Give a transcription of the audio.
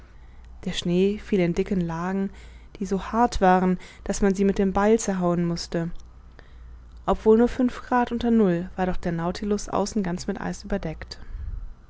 der schnee fiel in dicken lagen die so hart waren daß man sie mit dem beil zerhauen mußte obwohl nur fünf grad unter null war doch der nautilus außen ganz mit eis überdeckt